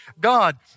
God